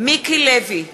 מיקי לוי,